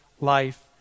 life